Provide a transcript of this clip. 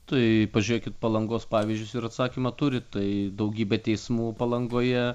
tai pažiūrėkit palangos pavyzdžius ir atsakymą turit tai daugybė teismų palangoje